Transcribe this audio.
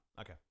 Okay